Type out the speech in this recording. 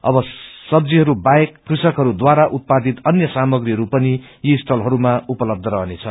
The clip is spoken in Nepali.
अव सब्जीहरू बाहेक कृषकहरूद्वारा उत्पादित अन्य सामग्रीहरू पनि यी स्टालहरूमा उपलब्य रहनेछ